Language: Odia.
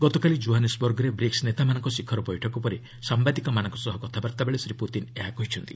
ଗତକାଲି ଜୋହାନ୍ସବର୍ଗରେ ବ୍ରିକ୍ୱ ନେତାମାନଙ୍କର ଶିଖର ବୈଠକ ପରେ ସାମ୍ବାଦିକମାନଙ୍କ ସହ କଥାବାର୍ତ୍ତାବେଳେ ଶ୍ରୀ ପୁତିନ୍ ଏହା କହିଛନ୍ତି